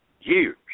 years